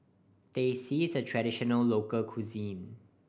Teh C is a traditional local cuisine